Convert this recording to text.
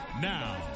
Now